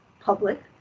public